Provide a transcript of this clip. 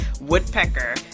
Woodpecker